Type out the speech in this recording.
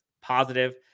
Positive